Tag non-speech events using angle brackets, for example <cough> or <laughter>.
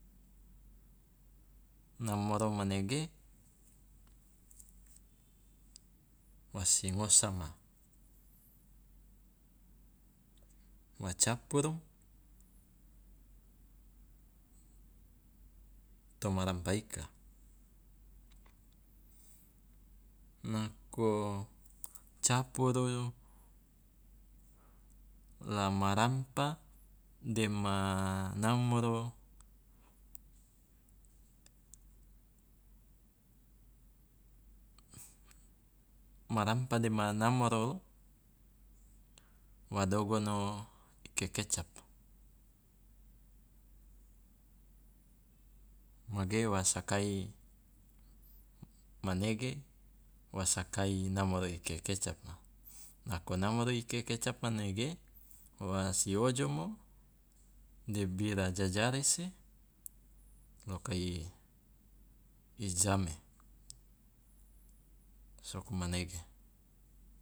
Namoro manege wasi ngosama wa capuru toma rampah ika. Nako capuru la ma rampah dema namoro, ma rampah dema namoro wa dogono kekecap, mage wa sakai manege wa sakai namoro i kekecap, nako namoro i kekecap manege wasi ojomo de bira jajarese loka <hesitation> i jame, soko manege.